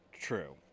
True